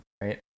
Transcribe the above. right